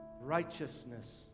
righteousness